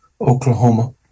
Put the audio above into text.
Oklahoma